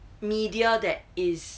media that is